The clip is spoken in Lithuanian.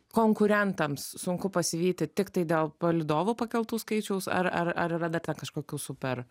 konkurentams sunku pasivyti tiktai dėl palydovų pakeltų skaičiaus ar ar ar yra dar ten kažkokių super